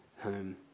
home